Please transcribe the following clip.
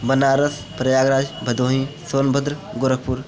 Banaras Prayagraj Bhadohi Sonbhadra Gorakhpur